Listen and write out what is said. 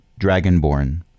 dragonborn